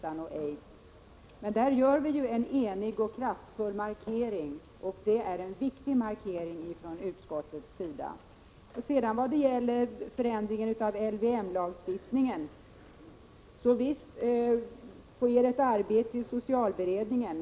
Men i fråga om detta görs ju en enig och kraftfull markering från utskottets sida. När det gäller förändringen av LVM-lagstiftningen sker det naturligtvis ett arbete i socialberedningen.